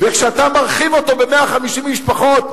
וכשאתה מרחיב אותו ב-150 משפחות,